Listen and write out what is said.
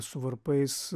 su varpais